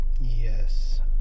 Yes